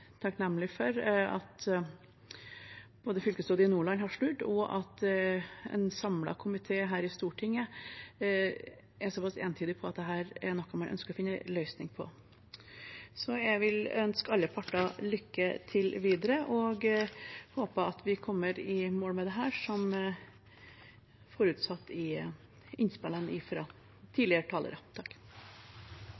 takknemlig både for at fylkesrådet i Nordland har snudd, og for at en samlet komité her i Stortinget er så pass entydig på at dette er noe man ønsker å finne en løsning på. Jeg vil ønske alle parter lykke til videre og håper at vi kommer i mål med dette som forutsatt i